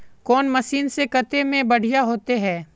कौन मशीन से कते में बढ़िया होते है?